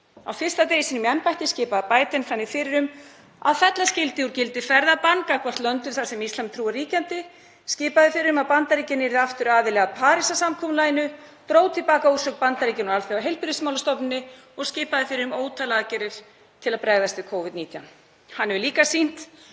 Á fyrsta degi sínum í embætti skipaði Biden þannig fyrir um að fella skyldi úr gildi ferðabann gagnvart löndum þar sem íslamstrú er ríkjandi, skipaði fyrir um að Bandaríkin yrðu aftur aðili að Parísarsamkomulaginu, dró til baka úrsögn Bandaríkjanna úr Alþjóðaheilbrigðismálastofnuninni og skipaði fyrir um ótal aðgerðir til að bregðast við Covid-19. Hann hefur líka sýnt